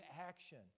action